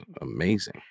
amazing